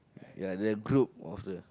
ya that group of the